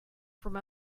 from